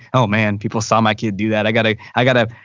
oh man people saw my kid do that i gotta, i gotta